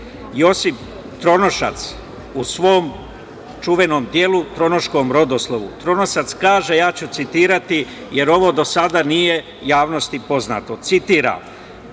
Josip Tronošac u svom čuvenom delu „Tronoškom rodoslovu“. Tronosac kaže, ja ću citirati, jer ovo do sada nije javnosti poznato: